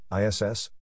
ISS